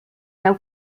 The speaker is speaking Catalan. veu